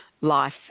life